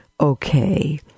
okay